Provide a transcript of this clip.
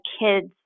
kids